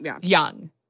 young